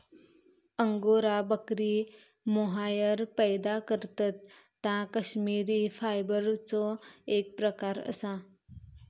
angora बकरी mohair पैदा करतत ता कश्मिरी फायबरचो एक प्रकार असा